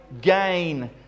gain